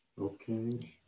Okay